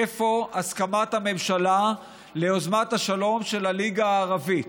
איפה הסכמת הממשלה ליוזמת השלום של הליגה הערבית?